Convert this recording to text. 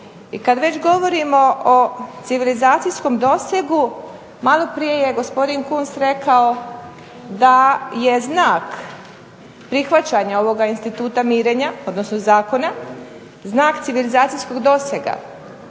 I kad već govorimo o civilizacijskom dosegu maloprije je gospodin Kunst rekao da je znak prihvaćanja ovoga instituta mirenja, odnosno zakona, znak civilizacijskog dosega.